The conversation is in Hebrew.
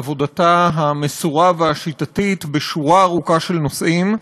עבודתה המסורה והשיטתית בשורה ארוכה של נושאים,